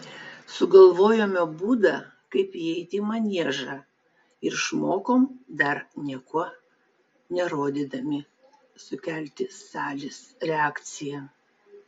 sugalvojome būdą kaip įeiti į maniežą ir išmokom dar nieko nerodydami sukelti salės reakciją